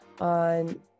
on